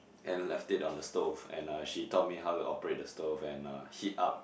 and left it on the stove and uh she taught me how to operate the stove and uh heat up